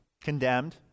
condemned